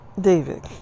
David